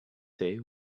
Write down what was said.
day